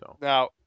Now